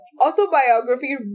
autobiography